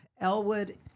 Elwood